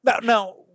Now